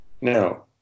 Now